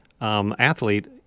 athlete